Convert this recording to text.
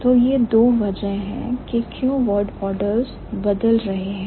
तो यह दो कारण हैं के क्यों word orders बदल रहे हैं